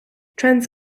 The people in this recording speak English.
trans